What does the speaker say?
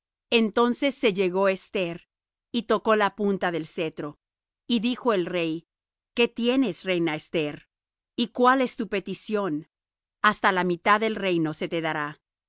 entonces se llegó esther y tocó la punta del cetro y dijo el rey qué tienes reina esther y cuál es tu petición hasta la mitad del reino se te dará